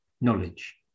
knowledge